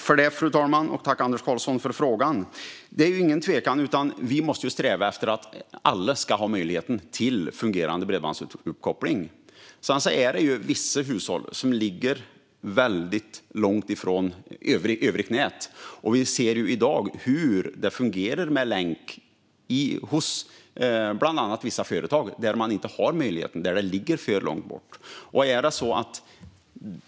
Fru talman! Tack, Anders Karlsson, för frågan! Det är ingen tvekan om att vi måste sträva efter att alla ska ha möjlighet till fungerande bredbandsuppkoppling. Sedan är det vissa hushåll som ligger väldigt långt ifrån övrigt nät. Och vi ser i dag hur det fungerar med länk hos bland annat vissa företag, där man inte har möjligheten och där det ligger för långt bort.